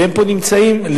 והם נמצאים פה,